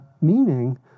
meaning